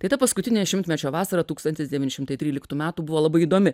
tai ta paskutinė šimtmečio vasara tūkstantis devyni šimtai tryliktų metų buvo labai įdomi